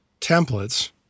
templates